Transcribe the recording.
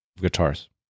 guitars